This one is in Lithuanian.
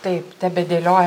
taip tebedėlio